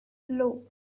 low